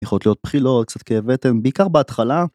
יכולות להיות בחילות, קצת כאב בטן, בעיקר בהתחלה.